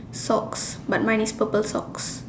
socks but mine is purple socks